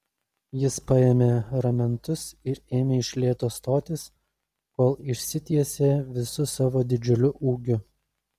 jis paėmė ramentus ir ėmė iš lėto stotis kol išsitiesė visu savo didžiuliu ūgiu